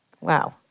wow